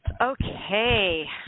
Okay